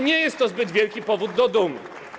Nie jest to zbyt wielki powód do dumy.